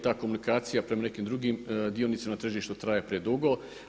Ta komunikacija prema nekim drugim dionicima na tržištu traje predugo.